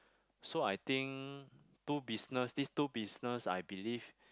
so I think two business these two business I believe